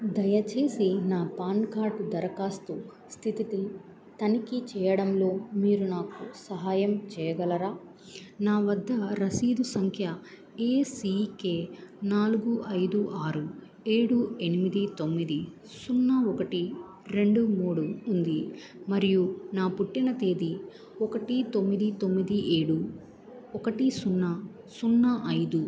దయచేసి నా PAN card దరఖాస్తు స్థితి తనిఖీ చేయడంలో మీరు నాకు సహాయం చేయగలరా నా వద్ద రసీదు సంఖ్య ఏ సీ కే నాలుగు ఐదు ఆరు ఏడు ఎనిమిది తొమ్మిది సున్నా ఒకటి రెండు మూడు ఉంది మరియు నా పుట్టిన తేదీ ఒకటి తొమ్మిది తొమ్మిది ఏడు ఒకటి సున్నా సున్నా ఐదు